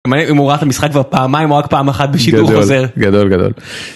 מעניין אם הוא רואה את המשחק כבר פעמיים או רק פעם אחת בשידור חוזר. -גדול גדול.